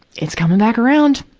it's coming back around.